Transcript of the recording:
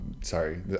Sorry